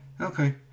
Okay